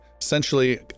essentially